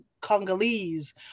Congolese